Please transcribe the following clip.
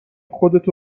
خودتو